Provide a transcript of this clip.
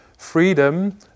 Freedom